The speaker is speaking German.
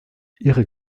ihre